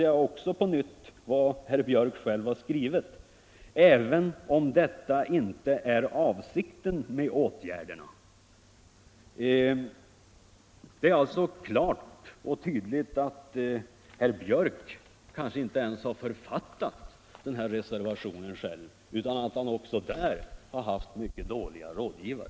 Jag citerar på nytt vad herr Björck själv skrivit. Det heter i reservationen: ”Även om detta —--- inte är avsikten med åtgärdena ---”. Men herr Björck har kanske inte ens själv författat reservationen utan har kanske också där haft mycket dåliga rådgivare.